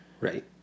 Right